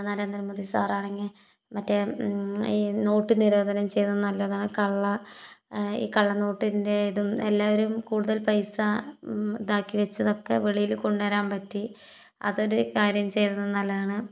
നരേന്ദ്രമോദി സാറാണെങ്കിൽ മറ്റേ ഈ നോട്ടു നിരോധനം ചെയ്തത് നല്ലതാണ് കള്ള ഈ കള്ളനോട്ടിന്റെ ഇതും എല്ലാവരും കൂടുതല് പൈസ ഇതാക്കി വെച്ചതൊക്കെ വെളിയിൽ കൊണ്ടുവരാന് പറ്റി അതൊരു കാര്യം ചെയ്തത് നല്ലതാണ്